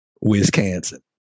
Wisconsin